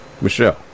Michelle